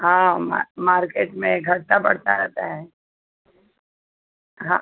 हाँ मार्केट में घटता बढ़ता रहता है हाँ